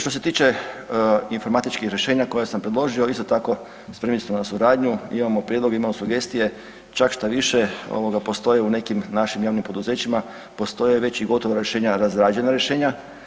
Što se tiče informatičkih rješenja koja sam predložio isto tako spremni smo na suradnju, imamo prijedloge, imamo sugestije čak šta više ovoga postoje u nekim našim javnim poduzećima postoje već i gotova rješenja, razrađena rješenja.